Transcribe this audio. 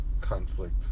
conflict